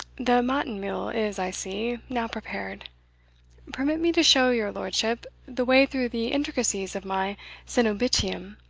the matin meal is, i see, now prepared permit me to show your lordship the way through the intricacies of my cenobitium,